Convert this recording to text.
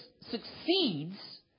succeeds